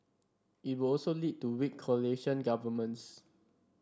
it would also lead to weak coalition governments